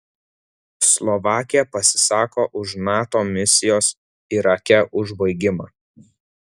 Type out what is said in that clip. slovakija pasisako už nato misijos irake užbaigimą